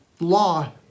law